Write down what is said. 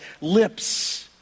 lips